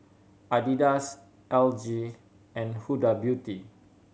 Adidas L G and Huda Beauty